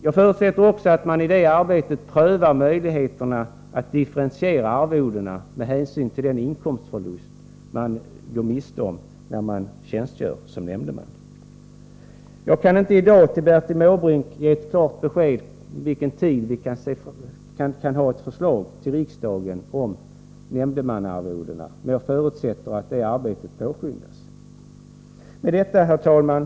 Jag förutsätter också att man i detta arbete prövar möjligheterna att differentiera arvodena med hänsyn till den inkomstförlust de personer gör som tjänstgör som tjänstemän. Jag kan inte i dag ge Bertil Måbrink ett klart besked om när vi kan emotse ett förslag till riksdagen om nämndemannaarvodena, men jag förutsätter att arbetet med frågan påskyndas. Herr talman!